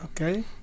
okay